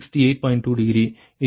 2 degree இது 11